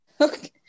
Okay